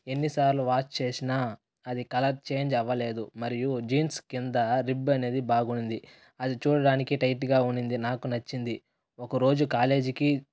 ఎన్నిసార్లు వాష్ చేసినా అది కలర్ చేంజ్ అవ్వలేదు మరియు జీన్స్ కింద రిబ్ అనేది బాగుంది అది చూడడానికి టైట్గా ఉంది నాకు నచ్చింది ఒకరోజు కాలేజీకి